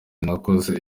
nakoze